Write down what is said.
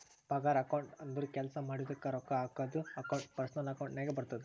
ಪಗಾರ ಅಕೌಂಟ್ ಅಂದುರ್ ಕೆಲ್ಸಾ ಮಾಡಿದುಕ ರೊಕ್ಕಾ ಹಾಕದ್ದು ಅಕೌಂಟ್ ಪರ್ಸನಲ್ ಅಕೌಂಟ್ ನಾಗೆ ಬರ್ತುದ